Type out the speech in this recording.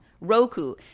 Roku